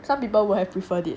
some people will have preferred it